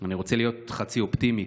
שאני רוצה להיות חצי אופטימי,